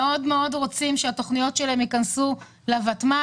רוצים שהתוכניות שלהם ייכנסו לותמ"ל.